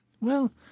Well